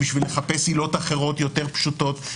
בשביל לחפש עילות אחרות יותר פשוטות,